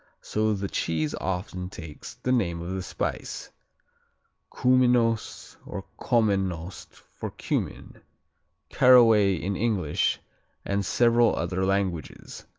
so the cheese often takes the name of the spice kuminost or kommenost for cumin caraway in english and several other languages,